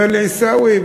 אומר לי: עיסאווי,